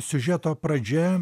siužeto pradžia